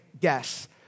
guess